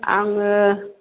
आङो